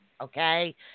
Okay